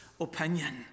opinion